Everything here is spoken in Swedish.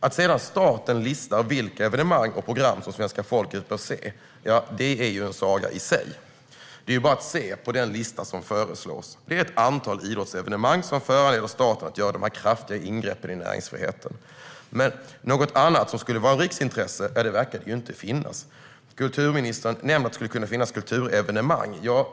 Att sedan staten listar vilka evenemang och program som svenska folket bör se är en saga i sig. Det är bara att se på den lista som föreslås. Det är ett antal idrottsevenemang som föranleder staten att göra de här kraftiga ingreppen i näringsfriheten. Men något annat som skulle vara riksintresse verkar det inte finnas. Kulturministern nämner att det skulle kunna finnas kulturevenemang.